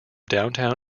downtown